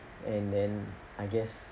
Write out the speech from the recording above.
and then I guess